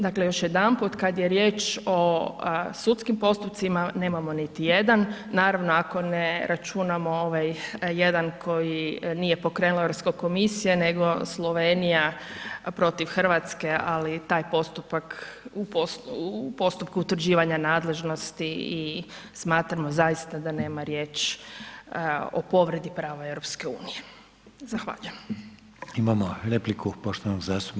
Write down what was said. Dakle još jedanput, kad je riječ o sudskim postupcima, nemamo niti jedan, naravno ako ne računamo ovaj jedan koji nije pokrenula Europska komisija nego Slovenija protiv RH, ali taj postupak u postupku utvrđivanja nadležnosti smatramo zaista da nema riječ o povredi prava EU.